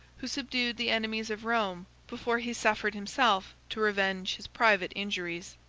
who subdued the enemies of rome before he suffered himself to revenge his private injuries.